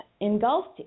Engulfed